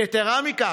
יתרה מכך,